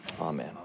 Amen